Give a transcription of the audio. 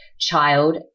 child